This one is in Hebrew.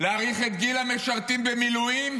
להאריך את הגיל המשרתים במילואים,